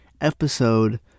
episode